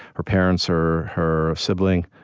her parents, her her sibling